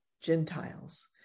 Gentiles